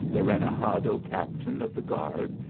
the renegado captain of the guard,